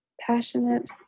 Passionate